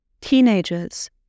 teenagers